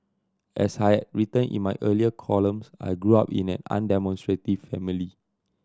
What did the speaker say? as I written in my earlier columns I grew up in an undemonstrative family